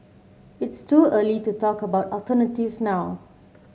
it's too early to talk about alternatives now